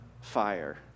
fire